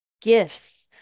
gifts